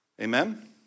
Amen